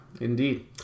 indeed